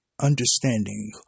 understanding